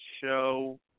show